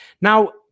Now